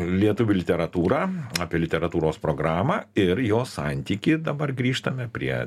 lietuvių literatūrą apie literatūros programą ir jos santykį dabar grįžtame prie